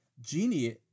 Genie